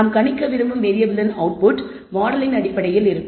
நாம் கணிக்க விரும்பும் வேறியபிளின் அவுட்புட் மாடலின் அடிப்படையில் இருக்கும்